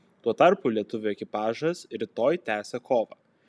tuo tarpu lietuvių ekipažas rytoj tęsia kovą